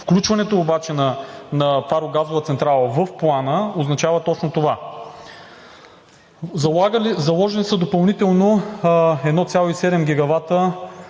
Включването обаче на парогазова централа в Плана означава точно това. Заложени са допълнително 1,7